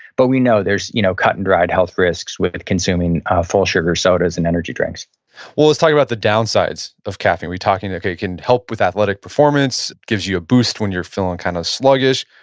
but we know there's you know cut and dried health risks with consuming full sugar sodas and energy drinks well, let's talk about the downsides of caffeine. we're talking, okay, it can help with athletic performance, it gives you a boost when you're feeling kind of sluggish.